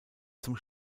zum